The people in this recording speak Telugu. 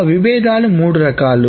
ఆ విభేదాలు మూడు రకాలు